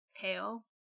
pale